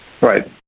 Right